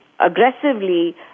aggressively